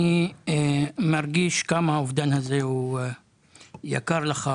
אני מרגיש כמה האובדן הזה הוא יקר לך,